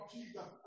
Jesus